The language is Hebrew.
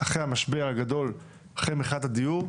אחרי המשבר הגדול, אחרי מחאת הדיור,